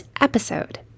episode